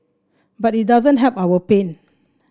but it doesn't help our pain